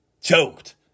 Choked